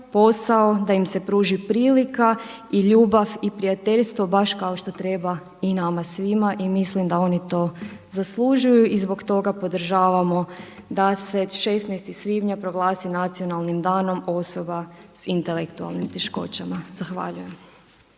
posao, da im se pruži prilika i ljubav i prijateljstvo baš kao što treba i nama svima i mislim da oni to zaslužuju i zbog toga podržavamo da se 16. svibnja proglasi Nacionalnim danom osoba sa intelektualnim teškoćama. Zahvaljujem.